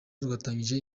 rwatangiye